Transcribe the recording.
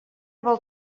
vol